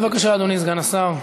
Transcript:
בבקשה, אדוני סגן השר.